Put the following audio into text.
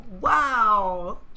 wow